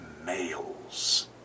males